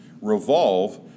revolve